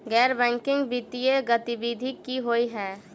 गैर बैंकिंग वित्तीय गतिविधि की होइ है?